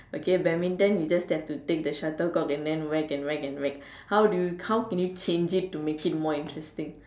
okay badminton you just have to take the shuttlecock and then whack and whack and whack how do you how can you change it to make it more interesting